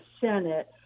Senate